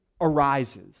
arises